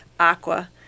Aqua